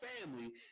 family